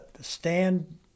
stand